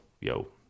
yo